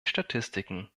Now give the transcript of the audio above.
statistiken